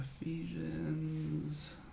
Ephesians